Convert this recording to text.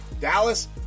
Dallas